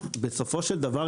בסופו של דבר,